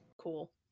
Cool